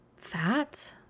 fat